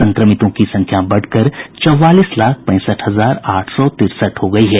संक्रमितों की संख्या बढ़कर चौवालीस लाख पैंसठ हजार आठ सौ तिरसठ हो गयी है